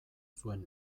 zuen